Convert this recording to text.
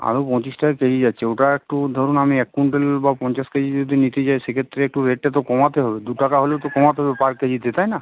আলু পঁচিশ টাকা কেজি যাচ্ছে ওটা একটু ধরুন আমি এক ক্যুইন্টাল বা পঞ্চাশ কেজি যদি নিতে চাই সেক্ষেত্রে একটু রেটটা তো কমাতে হবে দু টাকা হলেও তো কমাতে হবে পার কেজিতে তাই না